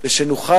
ושנוכל,